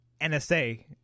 NSA